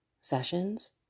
sessions